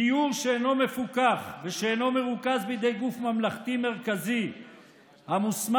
גיור שאינו מפוקח ושאינו מרוכז בידי גוף ממלכתי מרכזי המוסמך